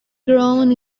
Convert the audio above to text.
grown